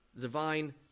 divine